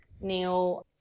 Neil